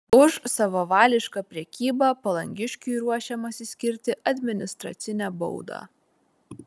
už savavališką prekybą palangiškiui ruošiamasi skirti administracinę baudą